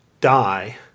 die